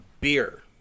Beer